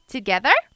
Together